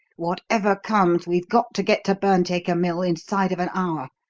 whatever comes, we've got to get to burnt acre mill inside of an hour.